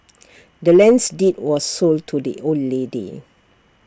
the land's deed was sold to the old lady